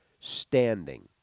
standing